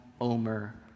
omer